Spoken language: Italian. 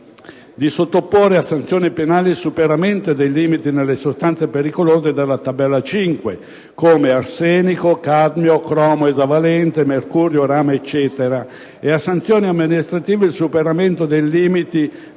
di sottoporre a sanzione penale il superamento dei limiti delle sostanze pericolose di cui alla tabella 5, come arsenico, cadmio, cromo esavalente, mercurio, rame, e a sanzioni amministrative il superamento dei limiti